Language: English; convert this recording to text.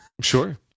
Sure